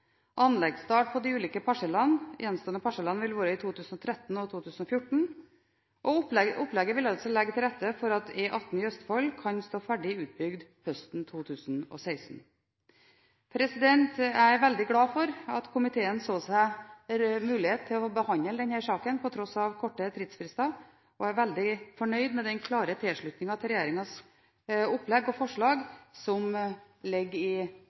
Anleggsstart på de gjenstående parsellene vil være i 2013 og 2014. Opplegget vil legge til rette for at E18 i Østfold kan stå ferdig utbygd høsten 2016. Jeg er veldig glad for at komiteen så mulighet til å behandle denne saken på tross av korte tidsfrister, og jeg er veldig fornøyd med den klare tilslutningen til regjeringens opplegg og forslag som ligger i